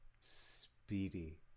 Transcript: Speedy